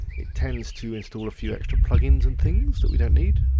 it tends to instal a few extra plugins and things that we don't need.